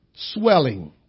swelling